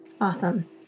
Awesome